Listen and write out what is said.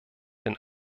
den